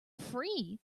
free